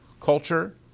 culture